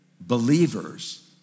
believers